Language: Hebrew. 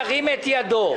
ירים את ידו.